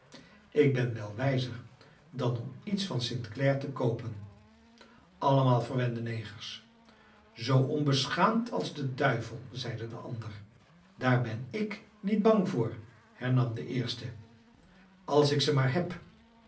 ik ben wel wijzer dan om iets van st clare te koopen allemaal verwende negers zoo onbeschaamd als de duivel zeide de ander daar ben ik niet bang voor hernam de eerste als ik ze maar heb